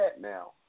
now